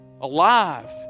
alive